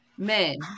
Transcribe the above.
men